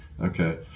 okay